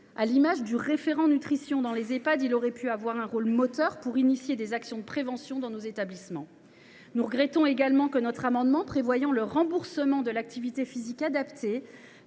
À l’image du référent nutrition dans les Ehpad, celui ci aurait pu jouer un rôle moteur pour déclencher des actions de prévention dans les établissements. Nous regrettons également que notre amendement prévoyant le remboursement de l’activité physique adaptée